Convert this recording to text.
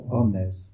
omnes